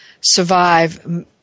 survive